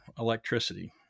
electricity